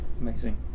amazing